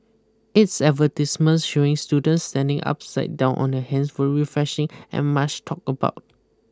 its advertisements showing students standing upside down on their hands were refreshing and much talked about